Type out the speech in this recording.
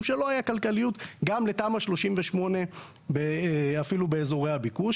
שלא היה כלכליות גם לתמ"א 38 אפילו באזורי הביקוש.